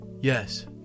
Yes